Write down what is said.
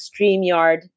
StreamYard